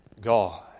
God